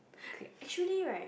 actually right